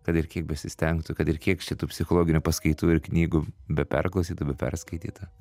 kad ir kiek besistengtų kad ir kiek šitų psichologinių paskaitų ir knygų beperklausyta beperskaityta